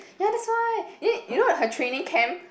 ya that's why then you know her training camp